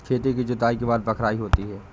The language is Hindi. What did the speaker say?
खेती की जुताई के बाद बख्राई होती हैं?